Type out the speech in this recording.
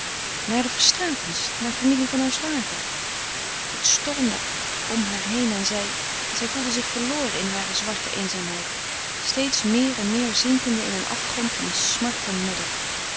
naar de verstraetens naar familie van haar zwager het stormde om haar heen en zij zij voelde zich verloren in hare zwarte eenzaamheid steeds meer en meer zinkende in een afgrond van smart en modder